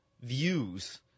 views